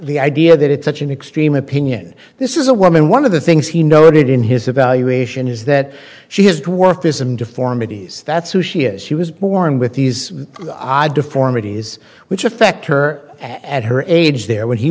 the idea that it's such an extreme opinion this is a woman one of the things he noted in his evaluation is that she has to work to some deformities that's who she is she was born with these odd deformities which affect her at her age there when he